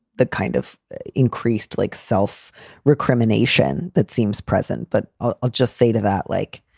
that kind of increased like self recrimination that seems present. but i'll just say to that, like,